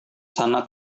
sana